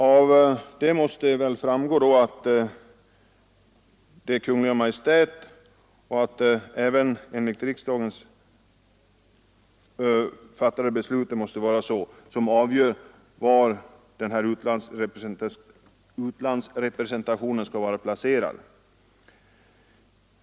Av detta måste väl framgå att det är Kungl. Maj:t som avgör var dessa utlandsrepresentanter skall vara placerade, och detta även enligt riksdagens fattade beslut.